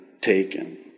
taken